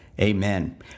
amen